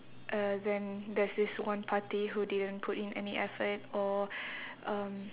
uh then there's this one party who didn't put in any effort or um